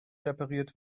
repariert